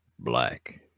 black